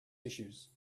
issues